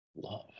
love